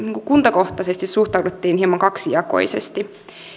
kuntakohtaisesti suhtauduttiin hieman kaksijakoisesti